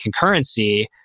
concurrency